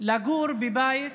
לגור בבית